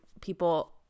people